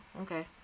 okay